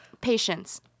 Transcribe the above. Patience